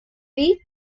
bits